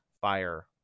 Fire